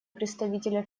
представителя